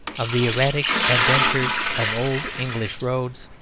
of the erratic adventures of old english roads,